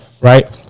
right